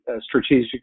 strategic